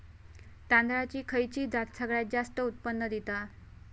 तांदळाची खयची जात सगळयात जास्त उत्पन्न दिता?